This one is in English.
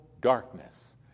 darkness